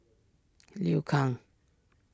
Liu Kang